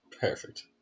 Perfect